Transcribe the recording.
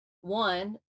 One